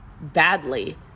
badly